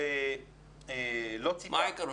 מה העיקרון?